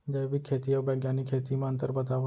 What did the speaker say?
जैविक खेती अऊ बैग्यानिक खेती म अंतर बतावा?